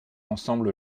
ensemble